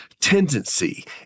tendency